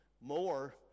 more